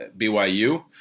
BYU